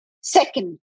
Second